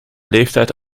leeftijd